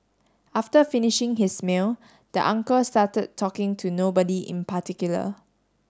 after finishing his meal the uncle started talking to nobody in particular